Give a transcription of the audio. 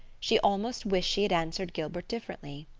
she almost wished she had answered gilbert differently.